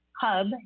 hub